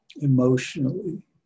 emotionally